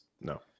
No